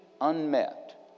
unmet